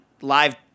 live